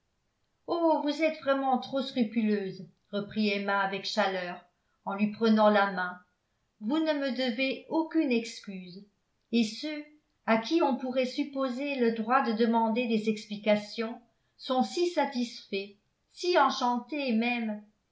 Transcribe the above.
oh vous êtes vraiment trop scrupuleuse reprit emma avec chaleur en lui prenant la main vous ne me devez aucune excuse et ceux à qui on pourrait supposer le droit de demander des explications sont si satisfaits si enchantés même